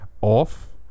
off